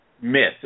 myth